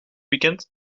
weekend